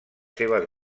seves